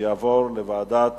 ותעבור לוועדת